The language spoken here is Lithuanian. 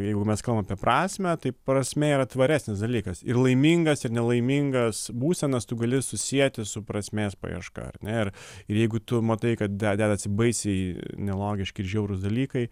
jeigu mes kalbam apie prasmę tai prasmė yra tvaresnis dalykas ir laimingas ir nelaimingas būsenas tu gali susieti su prasmės paieška ar ne ir ir jeigu tu matai kad de dedasi baisiai nelogiški ir žiaurūs dalykai